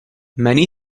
many